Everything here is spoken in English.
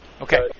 Okay